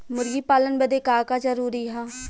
मुर्गी पालन बदे का का जरूरी ह?